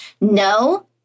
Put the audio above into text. no